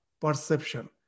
perception